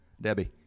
Debbie